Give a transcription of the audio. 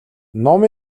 ном